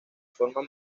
forma